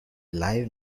live